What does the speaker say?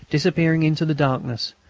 disappearing into the darkness,